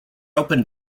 open